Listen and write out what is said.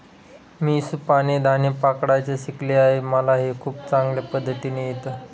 मी सुपाने धान्य पकडायचं शिकले आहे मला हे खूप चांगल्या पद्धतीने येत